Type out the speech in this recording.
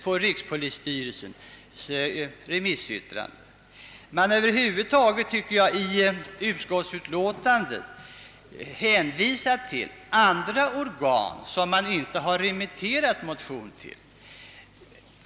Jag tycker att man över huvud taget i utskottsutlåtandet i alltför stor utsträckning hänvisar till organ som motionerna inte remitterats till.